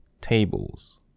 tables